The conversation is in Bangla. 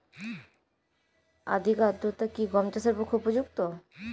অধিক আর্দ্রতা কি গম চাষের পক্ষে উপযুক্ত?